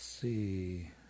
see